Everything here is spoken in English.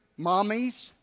Mommies